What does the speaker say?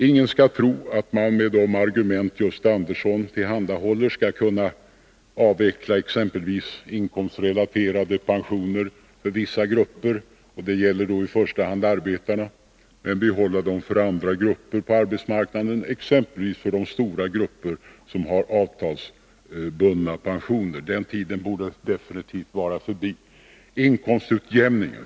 Ingen skall tro att man med de argument Gösta Andersson tillhandahåller skall kunna avveckla exempelvis inkomstrelaterade pensioner för vissa grupper — det gäller då i första hand arbetarna — men behålla dem för andra grupper på arbetsmarknaden, t.ex. de stora grupper som har avtalsbundna pensioner. Den tiden borde definitivt vara förbi.